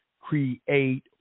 create